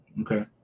Okay